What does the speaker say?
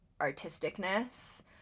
artisticness